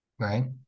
right